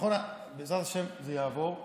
בעזרת השם, זה יעבור.